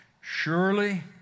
Surely